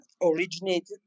originated